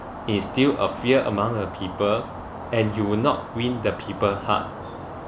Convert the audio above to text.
instill a fear among the people and you will not win the people's heart